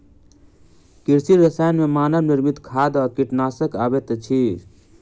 कृषि रसायन मे मानव निर्मित खाद आ कीटनाशक अबैत अछि